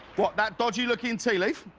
what, that dodgy looking tea leaf?